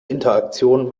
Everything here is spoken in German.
interaktion